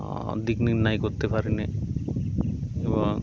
দিক নির্ণয় করতে পারিনি এবং